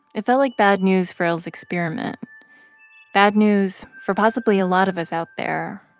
it felt like bad news for l's experiment bad news for possibly a lot of us out there.